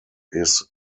his